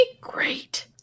Great